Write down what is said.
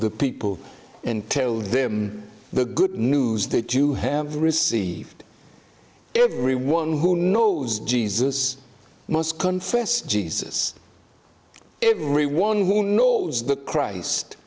the people and tell them the good news that you have received everyone who knows jesus must confess jesus everyone who knows the christ